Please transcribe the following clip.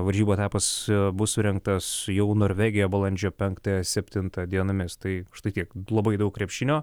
varžybų etapas bus surengtas jau norvegija balandžio penktąją septintą dienomis tai štai tiek labai daug krepšinio